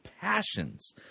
passions